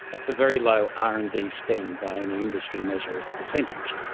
that's a very low r and d spend by any industry measure as a percentage.